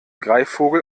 greifvogel